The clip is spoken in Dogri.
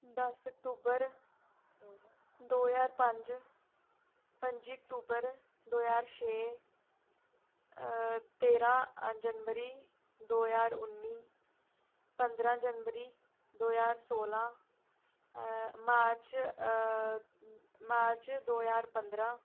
दस अक्तूबर दो ज्हार पंज पंजी अक्तूबर दो ज्हार छे तेरां जनवरी दो ज्हार उन्नी पंदरां जनवरी दो ज्हार सौलां मार्च मार्च दो ज्हार पंदरां